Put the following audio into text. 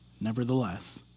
nevertheless